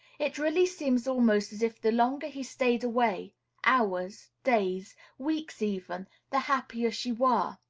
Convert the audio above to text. it really seems almost as if the longer he stayed away hours, days, weeks even the happier she were.